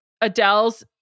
Adele's